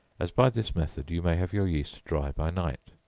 as by this method you may have your yeast dry by night.